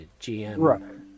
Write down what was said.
GM